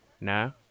No